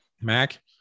Mac